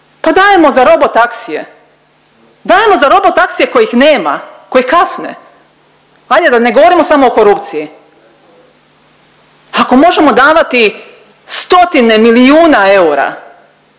Pa dajemo za robotaksije, dajemo za robotaksije kojih nema, koji kasne, ajde da ne govorimo samo o korupciji, ako možemo davati 100-tine milijuna eura